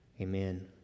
Amen